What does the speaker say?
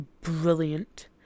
brilliant